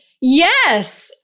yes